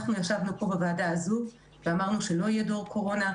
אנחנו ישבנו פה בוועדה הזו ואמרנו שלא יהיה "דור קורונה"